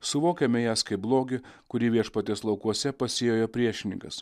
suvokiame jas kaip blogį kurį viešpaties laukuose pasėjo jo priešininkas